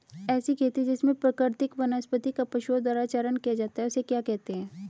ऐसी खेती जिसमें प्राकृतिक वनस्पति का पशुओं द्वारा चारण किया जाता है उसे क्या कहते हैं?